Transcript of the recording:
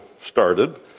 started